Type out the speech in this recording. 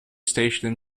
stationed